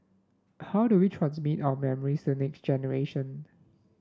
how do we transmit our memories to next generation